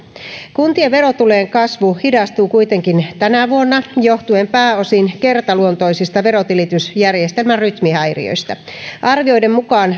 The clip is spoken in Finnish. kuntien verotulojen kasvu hidastuu kuitenkin tänä vuonna johtuen pääosin kertaluontoisista verotilitysjärjestelmän rytmihäiriöistä arvioiden mukaan